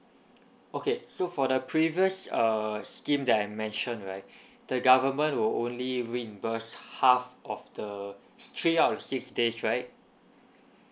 okay so for the previous uh scheme that I mentioned right the government will only reimburse half of the three out of six days right